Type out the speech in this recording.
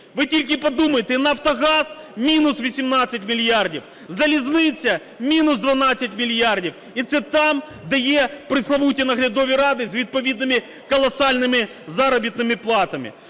Ви тільки подумайте, "Нафтогаз" – мінус 18 мільярдів. Залізниця – мінус 12 мільярдів. І це там, де є пресловуті наглядові ради з відповідними колосальними заробітними платами.